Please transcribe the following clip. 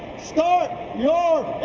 start your